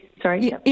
Sorry